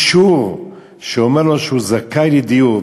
אישור שהוא זכאי לדיור,